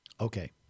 Okay